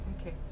okay